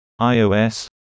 iOS